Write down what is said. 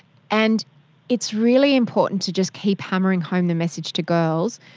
and it's really important to just keep hammering home the message to girls